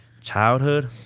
childhood